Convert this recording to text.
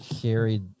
carried